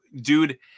dude